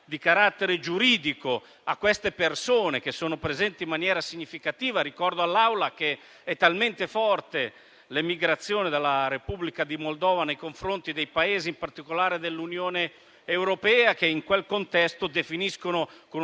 di carattere giuridico a queste persone, la cui presenza è significativa. Ricordo all'Aula che è talmente forte l'emigrazione dalla Repubblica di Moldova verso altri Paesi, in particolare dell'Unione europea, che in quel contesto la definiscono, con